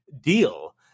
deal